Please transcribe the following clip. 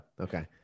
Okay